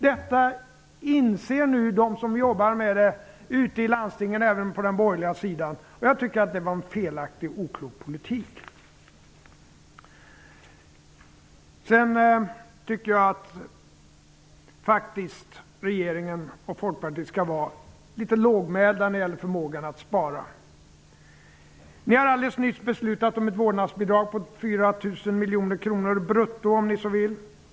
Detta inser nu de som jobbar med sjukvård ute i landstingen även på den borgerliga sidan. Det var en felaktig och oklok politik. Jag tycker faktiskt att regeringen och Folkpartiet skall vara litet lågmälda när det gäller förmågan att spara. Ni har alldeles nyss beslutat om ett vårdnadsbidrag på 4 000 miljoner kronor brutto, om ni så vill.